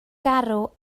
garw